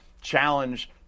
challenge